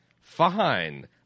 fine